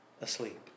asleep